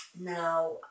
Now